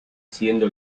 siendo